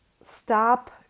stop